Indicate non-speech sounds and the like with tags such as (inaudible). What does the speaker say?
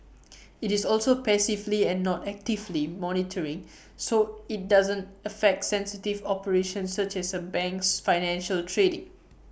(noise) IT is also passively and not actively monitoring (noise) so IT doesn't affect sensitive operations such as A bank's financial trading